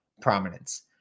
prominence